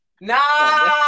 No